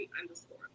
underscore